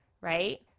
right